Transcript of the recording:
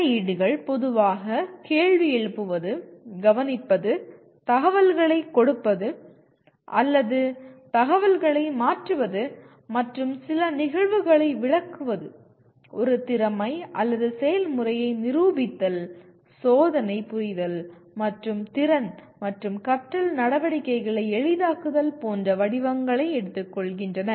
தலையீடுகள் பொதுவாக கேள்வி எழுப்புவது கவனிப்பது தகவல்களைக் கொடுப்பது அல்லது தகவல்களை மாற்றுவது மற்றும் சில நிகழ்வுகளை விளக்குவது ஒரு திறமை அல்லது செயல்முறையை நிரூபித்தல் சோதனை புரிதல் மற்றும் திறன் மற்றும் கற்றல் நடவடிக்கைகளை எளிதாக்குதல் போன்ற வடிவங்களை எடுத்துக்கொள்கின்றன